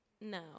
no